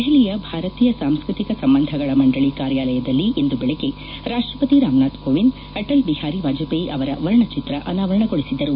ದೆಹಲಿಯ ಭಾರತೀಯ ಸಾಂಸ್ಕೃತಿಕ ಸಂಬಂಧಗಳ ಮಂಡಳಿ ಕಾರ್ಯಾಲಯದಲ್ಲಿ ಇಂದು ಬೆಳಗ್ಗೆ ರಾಷ್ಟಪತಿ ರಾಮನಾಥ್ ಕೋವಿಂದ್ ಅಟಲ್ ಬಿಹಾರಿ ವಾಜಪೇಯಿ ಅವರ ವರ್ಣಚಿತ್ರ ಅನಾವರಣಗೊಳಿಸಿದರು